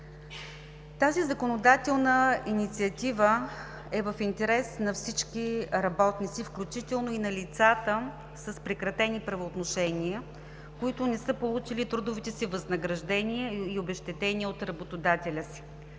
Тази законодателна инициатива е в интерес на всички работници, включително и на лицата с прекратени правоотношения, които не са получили трудовите си възнаграждения или обезщетения от работодателя си.